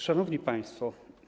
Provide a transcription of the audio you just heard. Szanowni Państwo!